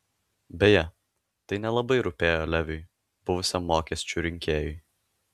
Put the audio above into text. beje tai nelabai rūpėjo leviui buvusiam mokesčių rinkėjui